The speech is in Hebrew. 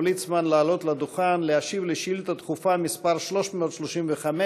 ליצמן לעלות לדוכן ולהשיב על שאילתה דחופה מס' 335,